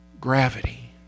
Gravity